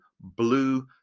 blue